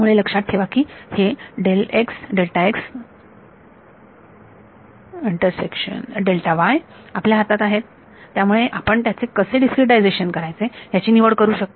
त्यामुळे लक्षात ठेवा की हे आपल्या हातात आहेत त्यामुळे आपण त्याचे कसे डीस्क्रीटायझेशन करायचे याची निवड करू शकता